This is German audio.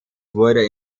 wurde